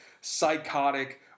psychotic